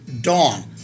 Dawn